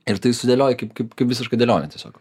ir tai sudėlioja kaip kaip kaip visiškai dėlionę tiesiog